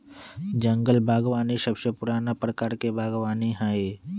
जंगल बागवानी सबसे पुराना प्रकार के बागवानी हई